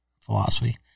philosophy